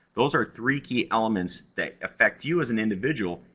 those are three key elements that affect you as an individual,